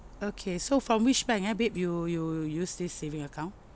okay so from which bank ah babe you you use this saving account